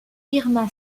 irma